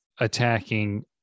Attacking